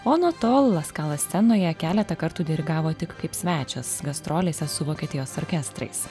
o nuo to laskalas scenoje keletą kartų dirigavo tik kaip svečias gastrolėse su vokietijos orkestrais